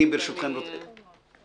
אני קראתי הכול.